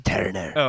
Turner